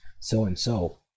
so-and-so